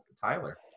Tyler